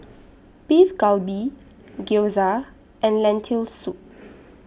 Beef Galbi Gyoza and Lentil Soup